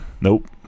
Nope